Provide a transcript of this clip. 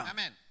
Amen